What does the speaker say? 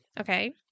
Okay